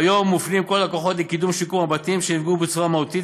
כיום מופנים כל הכוחות לקידום שיקום הבתים שנפגעו בצורה מהותית,